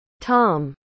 Tom